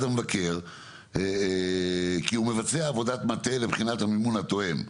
המבקר כי הוא מבצע עבודת מטה לבחינת המימון התואם וכו'.